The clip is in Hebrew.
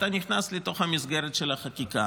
ואתה נכנס לתוך המסגרת של החקיקה.